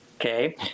Okay